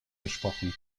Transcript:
gesprochen